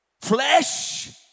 flesh